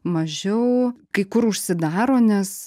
mažiau kai kur užsidaro nes